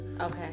Okay